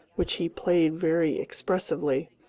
which he played very expressively,